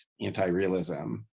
anti-realism